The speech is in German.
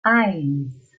eins